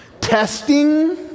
testing